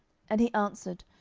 and he answered,